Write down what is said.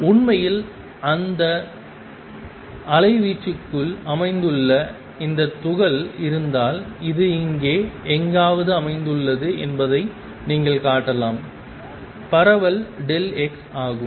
உண்மையில் இந்த அலைவீச்சுக்குள் அமைந்துள்ள இந்த துகள் இருந்தால் அது இங்கே எங்காவது அமைந்துள்ளது என்பதை நீங்கள் காட்டலாம் பரவல் x ஆகும்